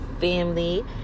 family